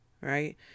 right